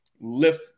lift